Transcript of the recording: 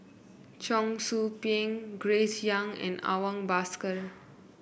Cheong Soo Pieng Grace Young and Awang Bakar